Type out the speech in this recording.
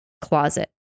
closet